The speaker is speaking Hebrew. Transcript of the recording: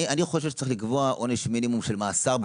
אני חושב שצריך לקבוע עונש מינימום של מאסר בפועל.